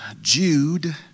Jude